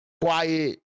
quiet